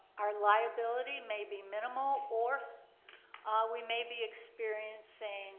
our liability may be minimal, or we may be experiencing